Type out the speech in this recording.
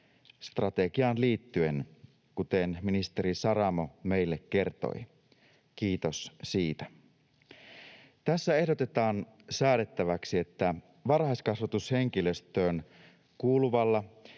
strategiaan liittyen, kuten ministeri Saramo meille kertoi — kiitos siitä. Tässä ehdotetaan säädettäväksi, että varhaiskasvatushenkilöstöön kuuluvalla